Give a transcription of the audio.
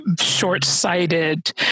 short-sighted